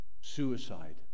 suicide